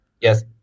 Yes